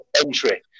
entry